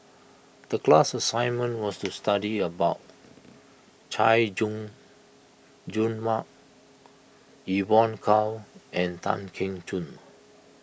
the class assignment was to study about Chay Jung Jun Mark Evon Kow and Tan Keong Choon